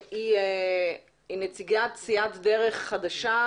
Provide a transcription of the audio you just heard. נציגת סיעת דרך חדשה,